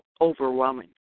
overwhelming